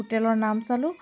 হোটেলৰ নাম চালোঁ